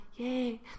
yay